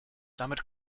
damit